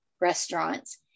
restaurants